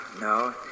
no